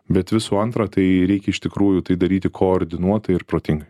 bet visų antra tai reikia iš tikrųjų tai daryti koordinuotai ir protingai